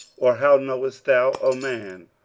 or how knowest thou, o man,